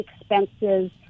expenses